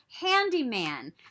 handyman